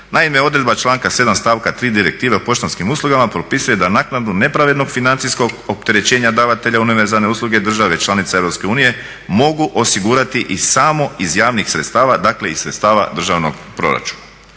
Naime, odredba članka 7.stavka 3. Direktive o poštanskim uslugama propisuje da naknadu nepravednog financijskog opterećenja davatelja univerzalne usluge države članice EU mogu osigurati samo iz javnih sredstava, dakle iz sredstava državnog proračuna.